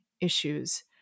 issues